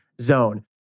zone